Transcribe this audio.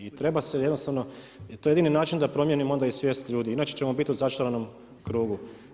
I treba se jednostavno, to je jedini način da promijenimo onda i svijest ljudi, inače ćemo biti u začaranom krugu.